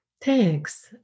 Thanks